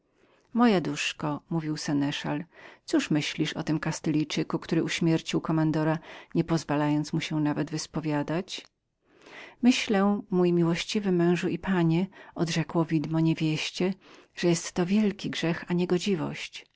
moja panno mówił seneszal co aśćka myślisz o tym kastylijanie który uśmiercił kommandora i nie pozwolił mu nawet wyspowiadać się myślę mój miłościwy mężu i panie odrzekło widmo niewieście myślę że jest to wielki grzech a niegodziwość